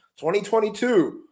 2022